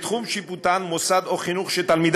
ההצעה שלה הייתה לדחות את הצעת החוק שלך.